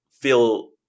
feel